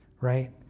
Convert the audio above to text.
right